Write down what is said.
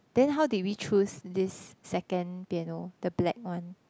then how did we choose this second piano the black one